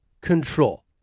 control